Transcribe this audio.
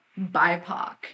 BIPOC